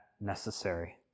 necessary